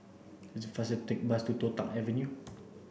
it's faster take the bus to Toh Tuck Avenue